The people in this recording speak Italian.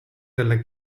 della